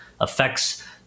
affects